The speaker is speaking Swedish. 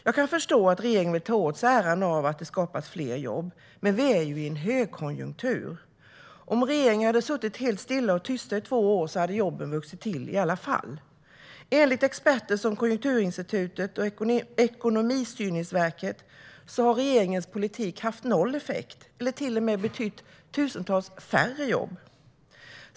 Jag kan förstå att regeringen vill ta åt sig äran av att det skapats fler jobb, men vi är i en högkonjunktur. Om regeringen hade suttit stilla och tyst i två år hade jobben vuxit till i alla fall. Enligt experter som Konjunkturinstitutet och Ekonomistyrningsverket har regeringens politik haft noll effekt eller till och med betytt tusentals färre jobb.